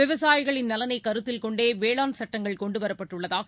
விவசாயிகளின் நலனை கருத்தில் கொண்டே வேளாண் சட்டங்கள் கொண்டுவரப்பட்டுள்ளதாக